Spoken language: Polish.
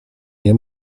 nie